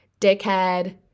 dickhead